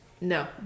No